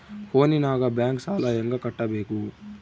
ಫೋನಿನಾಗ ಬ್ಯಾಂಕ್ ಸಾಲ ಹೆಂಗ ಕಟ್ಟಬೇಕು?